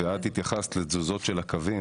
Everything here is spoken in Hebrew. ואת התייחסת לתזוזות של הקווים,